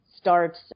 starts